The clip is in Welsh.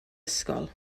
ysgol